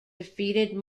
defeated